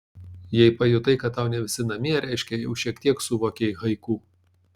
jei pajutai kad tau ne visi namie reiškia jau šiek tiek suvokei haiku